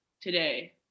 today